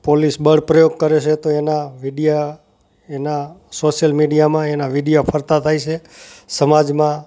police બળ પ્રયોગ કરે છે તો એના વિડિયા એના સોસિયલ મીડિયામાં એના વિડિયા ફરતા થાય છે સમાજમાં